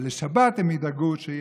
אבל בשבת הם ידאגו שיהיה.